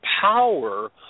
power